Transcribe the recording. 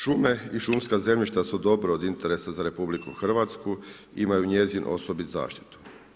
Šume i šumska zemljišta su dobro od interesa za RH, imaju njezinu osobitu zaštitu.